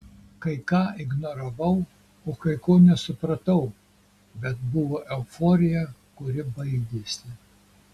kai ką ignoravau o kai ko nesupratau bet buvo euforija kuri baigėsi